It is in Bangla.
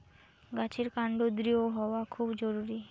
গাছের কান্ড দৃঢ় হওয়া খুব জরুরি